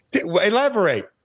Elaborate